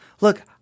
Look